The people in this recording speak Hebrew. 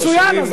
בשנים, מצוין.